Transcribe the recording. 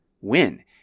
win